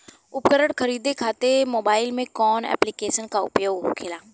उपकरण खरीदे खाते मोबाइल में कौन ऐप्लिकेशन का उपयोग होखेला?